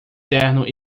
terno